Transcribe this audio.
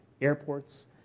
airports